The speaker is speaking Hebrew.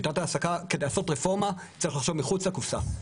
כדי לעשות רפורמה צריך לחשוב מחוץ לקופסא.